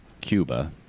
Cuba